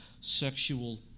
sexual